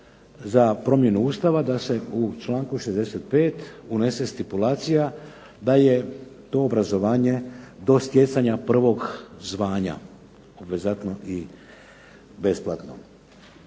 za promjenu Ustava da se u članku 65. unese stipulacija da je to obrazovanje do stjecanja prvog zvanja obvezatno i besplatno.